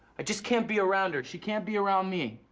i just can't be around her, she can't be around me.